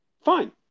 fine